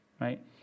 right